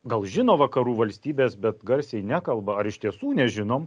gal žino vakarų valstybės bet garsiai nekalba ar iš tiesų nežinom